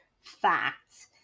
facts